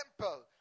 temple